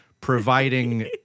providing